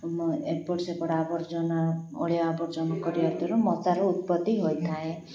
ଏପଟ ସେପଟା ଆବର୍ଜନା ଅଳିଆ ଆବର୍ଜନ କରିବା ଦ୍ୱାରା ଏଥିରୁ ମଶାରୁ ଉତ୍ପତ୍ତି ହୋଇଥାଏ